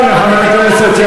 זה לא החוק הזה.